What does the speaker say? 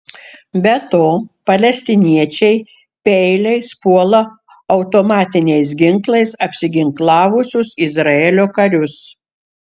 be to palestiniečiai peiliais puola automatiniais ginklais apsiginklavusius izraelio karius